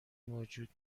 موجود